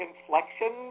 inflection